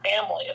family